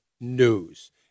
news